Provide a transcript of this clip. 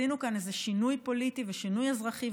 עשינו כאן איזה שינוי פוליטי ושינוי אזרחי,